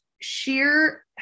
sheer